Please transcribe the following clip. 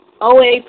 OA